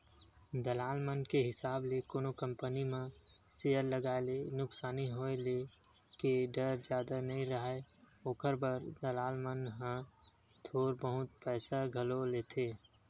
दलाल मन के हिसाब ले कोनो कंपनी म सेयर लगाए ले नुकसानी होय के डर जादा नइ राहय, ओखर बर दलाल मन ह थोर बहुत पइसा घलो लेथें